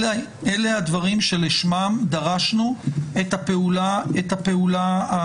אלה הדברים לשמם דרשנו את הפעולה השיפוטית.